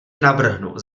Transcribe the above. navrhnu